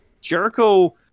Jericho